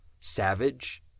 Savage